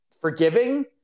forgiving